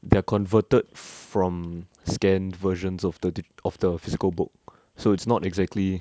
they are converted from scanned versions of the of the physical book so it's not exactly